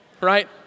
right